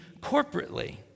corporately